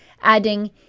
adding